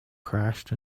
crashed